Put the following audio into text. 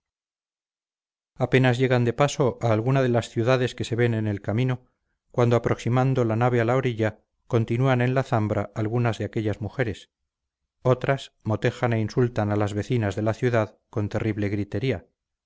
apenas llegan de paso a alguna de las ciudades que se ven en el camino cuando aproximando la nave a la orilla continúan en la zambra algunas de las mujeres otras motejan e insultan a las vecinas de la ciudad con terrible gritería